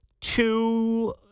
two